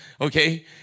Okay